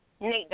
Nate